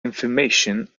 information